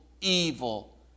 evil